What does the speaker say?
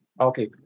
Okay